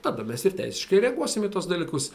tada mes ir teisiškai reaguosim į tuos dalykus